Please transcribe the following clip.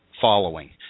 following